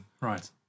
Right